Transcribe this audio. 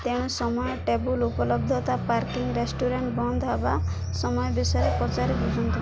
ତେଣୁ ସମୟ ଟେବଲ୍ ଉପଲବ୍ଧତା ପାର୍କିଂ ରେଷ୍ଟୁରାଣ୍ଟ୍ ବନ୍ଦ ହେବା ସମୟ ବିଷୟ ପଚାରି ବୁଝନ୍ତୁ